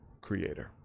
Creator